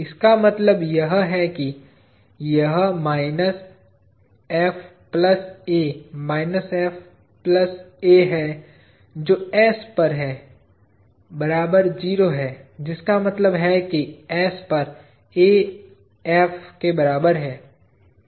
इसका मतलब यह है कि यह minus F plus A minus F plus A है जो s पर है बराबर 0 है जिसका मतलब है कि s पर A F के बराबर है